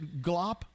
glop